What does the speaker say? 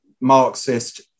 Marxist